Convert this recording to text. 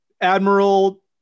Admiral